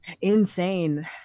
insane